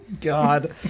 God